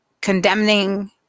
condemning